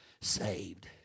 saved